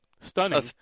stunning